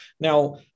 Now